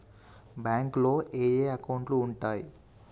బ్యాంకులో ఏయే అకౌంట్లు ఉంటయ్?